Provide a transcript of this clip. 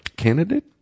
candidate